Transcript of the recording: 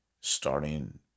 starting